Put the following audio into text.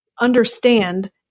understand